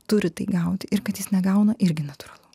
turi tai gauti ir kad jis negauna irgi natūralu